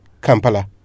Kampala